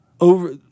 Over